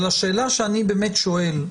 אבל השאלה שאני באמת שואל,